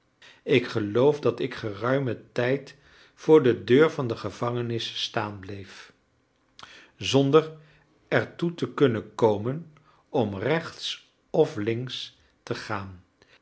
ik geloof dat ik geruimen tijd voor de deur van de gevangenis staan bleef zonder er toe te kunnen komen om rechts of links te gaan